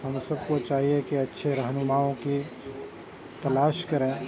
ہم سب کو چاہیے کہ اچھے رہنماؤں کی تلاش کریں